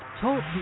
Talk